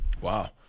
Wow